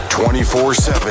24-7